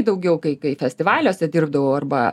daugiau kai kai festivaliuose dirbdavau arba